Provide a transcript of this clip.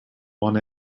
want